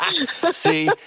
See